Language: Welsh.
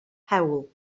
hewl